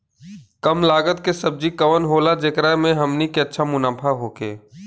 कम लागत के सब्जी कवन होला जेकरा में हमनी के अच्छा मुनाफा होखे?